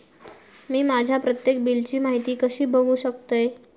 मी माझ्या प्रत्येक बिलची माहिती कशी बघू शकतय?